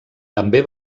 també